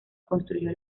construyó